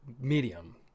medium